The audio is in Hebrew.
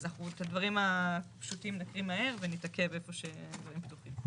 אז אנחנו את הדברים הפשוטים נקריא מהר ונתעכב איפה שהדברים פתוחים.